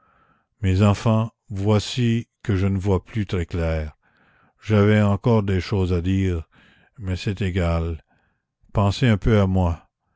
mes enfants voici que je ne vois plus très clair j'avais encore des choses à dire mais c'est égal pensez un peu à moi